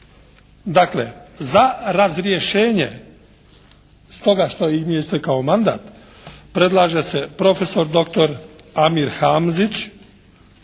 Dakle, za razrješenje stoga što im je istekao mandat predlaže se profesor doktor Amir Hamzić